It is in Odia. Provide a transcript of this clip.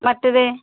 ମାଟିରେ